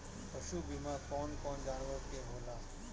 पशु बीमा कौन कौन जानवर के होला?